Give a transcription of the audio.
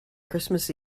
christmas